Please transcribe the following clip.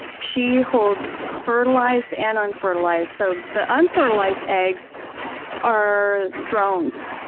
she holds fertilized and unfertilized. so the unfertilized eggs are drones.